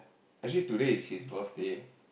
actually today is his birthday